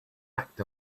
act